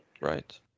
Right